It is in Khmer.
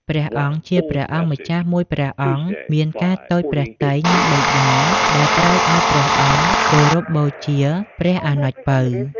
ព្រះអង្គ ជាព្រះអង្គម្ចាស់មួយព្រះអង្គ មានការតូចព្រះទ័យនឹងបិតា ដែលត្រូវឲ្យព្រះអង្គគោរពបូជាព្រះអនុជពៅ។